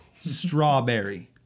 Strawberry